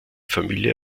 familie